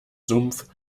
sumpf